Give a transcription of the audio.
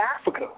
Africa